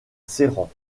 serrant